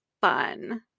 fun